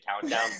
Countdown